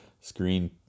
screen